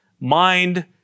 mind